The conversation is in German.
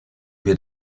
wir